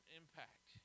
impact